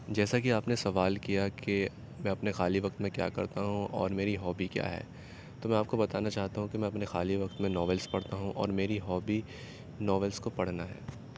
جیسا کہ آپ نے سوال کیا کہ میں اپنے خالی وقت میں کیا کرتا ہوں اور میری ہابی کیا ہے تو میں آپ کو بتانا چاہتا ہوں کہ میں اپنے خالی وقت میں ناولس پڑھتا ہوں اور میری ہابی ناولس کو پڑھنا ہے